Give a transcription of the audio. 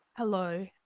Hello